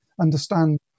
understand